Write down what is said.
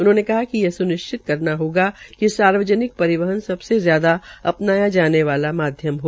उन्होंने कहा कि यह स्निश्चित करना होगा कि सार्वजनिक पविहन सबसे ज्यादा अपनाया जाने वाले माध्यम हो